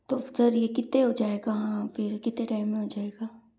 तो सर यह कितने हो जाएगा फिर कितने टाइम में हो जाएगा